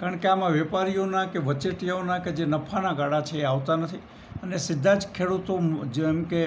કારણ કે આમાં વેપારીઓના કે વચેટીઆઓના કે જે નફાના ગાળા છે એ આવતા નથી અને સીધા જ ખેડૂતો જેમ કે